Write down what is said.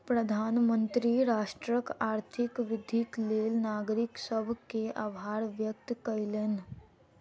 प्रधानमंत्री राष्ट्रक आर्थिक वृद्धिक लेल नागरिक सभ के आभार व्यक्त कयलैन